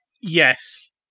Yes